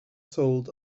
sold